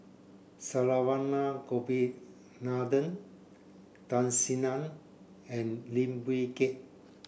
Saravanan Gopinathan Tan Sin Aun and Lim Wee Kiak